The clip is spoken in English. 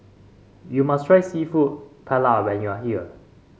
you must try seafood Paella when you are here